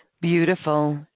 Beautiful